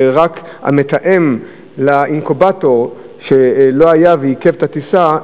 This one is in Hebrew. המתאם לאינקובטור לא היה ועיכב את הטיסה,